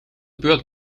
beurt